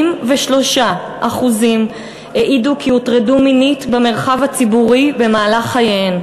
83% העידו כי הוטרדו מינית במרחב הציבורי במהלך חייהן.